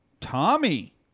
Tommy